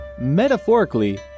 metaphorically